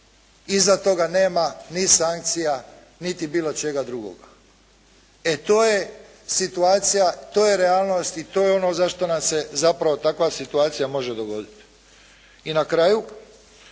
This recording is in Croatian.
iza toga nema ni sankcija niti bilo čega drugoga. E to je situacija, to je realnost i to je ono zašto nam se zapravo takva situacija može dogoditi. I na kraju,